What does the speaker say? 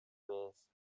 with